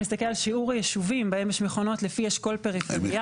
אם נסתכל על שיעור היישובים בהם יש מכונות לפי אשכול פריפריאלי,